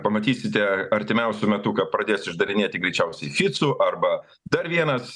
pamatysite artimiausiu metu kad pradės išdarinėti greičiausiai ficu arba dar vienas